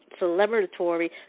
celebratory